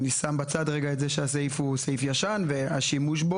אני שם בצד את זה שהסעיף ישן, אם נעשה בו שימוש.